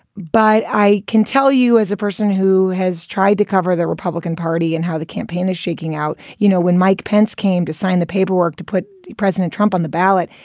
but i can tell you, as a person who has tried to cover the republican party and how the campaign is shaking out, you know, when mike pence came to sign the paperwork to put president trump on the ballot.